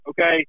okay